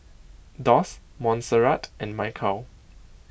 Doss Monserrat and Michal